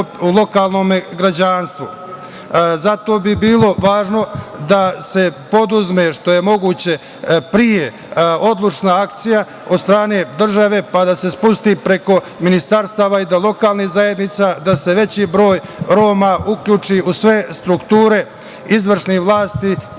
u lokalnom građanstvu. Zato bi bilo važno da se preduzme što je moguće pre odlučna akcija od strane države, pa da se spusti preko ministarstava i do lokalnih zajednica, da se veći broj Roma uključi u sve strukture izvršnih vlasti i